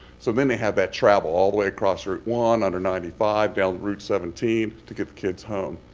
so then they had that travel, all the way across route one, onto ninety five, down route seventeen, to get the kids home.